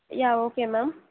yeah okay ma'am